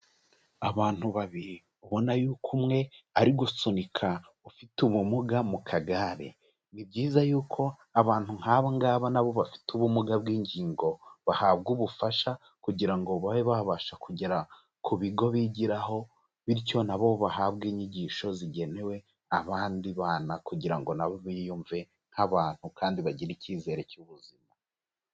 Abantu babiri ubona yuko umwe ari gusunika ufite ubumuga mu kagare, ni byiza yuko abantu nk'abangaba nabo bafite ubumuga bw'ingingo bahabwa ubufasha kugira ngo babe babasha kugera ku bigo bigiraho, bityo nabo bahabwe inyigisho zigenewe abandi bana kugira ngo nabo biyumve nk'abantu kandi bagira icyizere cy'ubuzima.